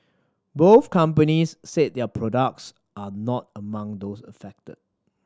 both companies said their products are not among those affected